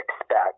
expect